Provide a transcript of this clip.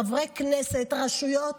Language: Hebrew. חברי כנסת, רשויות.